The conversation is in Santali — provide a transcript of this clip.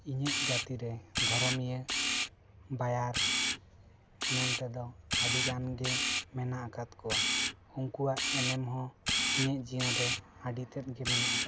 ᱤᱧᱟᱹᱜ ᱡᱟᱹᱛᱤ ᱨᱮ ᱫᱷᱚᱨᱚᱢᱤᱭᱟᱹ ᱵᱟᱭᱟᱨ ᱢᱮᱱ ᱛᱮᱫᱚ ᱟᱹᱰᱤ ᱜᱟᱱ ᱜᱮ ᱢᱮᱱᱟᱜ ᱟᱠᱟᱫᱟ ᱠᱚᱣᱟ ᱩᱱᱠᱩᱣᱟᱜ ᱮᱱᱮᱢ ᱦᱚᱸ ᱤᱧᱟᱹᱜ ᱡᱤᱭᱚᱱ ᱨᱮ ᱟᱹᱰᱤ ᱛᱮᱫ ᱜᱮ ᱢᱮᱱᱟᱜ ᱟᱠᱟᱫᱟ